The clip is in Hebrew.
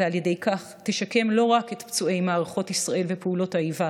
ועל ידי כך תשקם לא רק את פצועי מערכות ישראל ופעולות האיבה